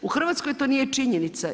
U Hrvatskoj to nije činjenica.